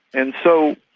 and so